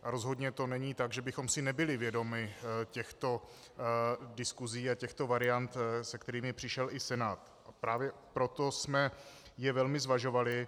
Rozhodně to není tak, že bychom si nebyli vědomi těchto diskusí a těchto variant, se kterými přišel i Senát, a právě proto jsme je velmi zvažovali.